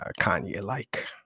Kanye-like